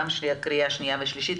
קריאה שניה ושלישית,